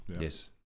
Yes